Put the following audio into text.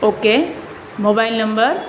okay mobile number